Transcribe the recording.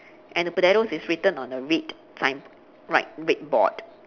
and the potatoes is written on a red sign right red board